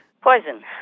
Poison